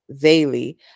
daily